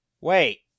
Wait